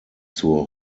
zur